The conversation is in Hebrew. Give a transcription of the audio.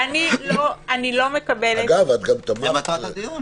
ואני לא מקבלת --- זאת מטרת הדיון.